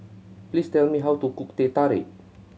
please tell me how to cook Teh Tarik